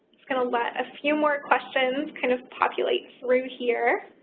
just going to let a few more questions kind of populate through here.